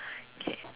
okay